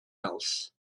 else